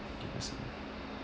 give me a second ah